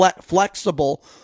flexible